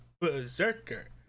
Berserker